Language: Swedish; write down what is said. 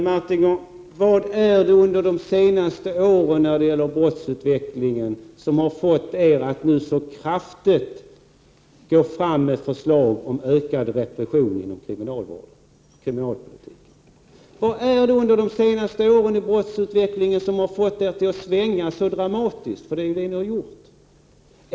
Herr talman! Vad är det, Jerry Martinger, i brottsutvecklingen under de senaste åren som har fått er att nu så kraftigt gå fram med förslag om ökad repression inom kriminalpolitiken? Vad är det som har fått er att svänga så dramatiskt — för det är ju det ni har gjort?